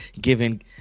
given